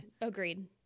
Agreed